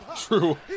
True